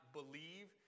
believe